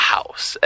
House